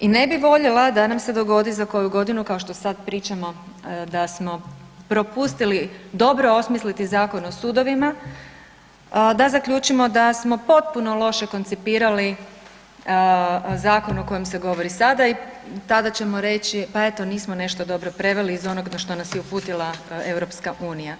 I ne bi voljela da nam se dogodi za koju godinu kao što sad pričamo da smo propustili dobro osmisliti Zakon o sudovima, da zaključimo da smo potpuno loše koncipirali zakon o kojem se govori sada i tada ćemo reći pa eto nismo nešto dobro preveli iz onog na što nas je uputila EU.